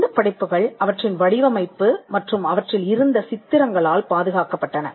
இந்தப் படைப்புகள் அவற்றின் வடிவமைப்பு மற்றும் அவற்றில் இருந்த சித்திரங்களால் பாதுகாக்கப்பட்டன